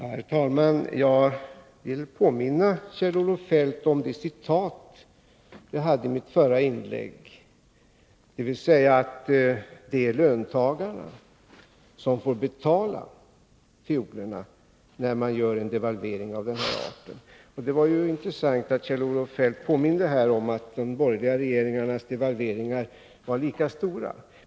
Herr talman! Jag vill påminna Kjell-Olof Feldt om det citat jag åberopade i mitt förra inlägg, av vilket det framgick att det är löntagarna som får betala fiolerna när man gör en devalvering av den här arten. Det var intressant att Kjell-Olof Feldt erinrade om att de borgerliga regeringarnas devalveringar var lika stora som den nu genomförda devalveringen.